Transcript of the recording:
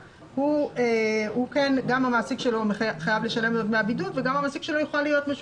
אתה מוציא חברות מהמשחק הזה.